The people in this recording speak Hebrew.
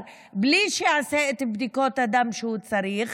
בלי שיעשה את בדיקות הדם שהוא צריך,